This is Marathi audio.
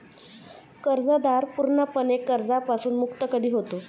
कर्जदार पूर्णपणे कर्जापासून मुक्त कधी होतो?